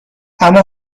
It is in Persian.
اما